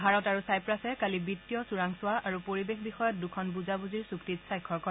ভাৰত আৰু ছাইপ্ৰাছে কালি বিত্তীয় চোৰাংছোৱা আৰু পৰিবেশ বিষয়ত দুখন বুজাবুজিৰ চুক্তিত স্বাক্ষৰ কৰে